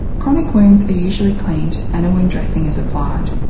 chronic wounds are usually cleaned and a wound dressing is applied.